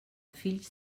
fills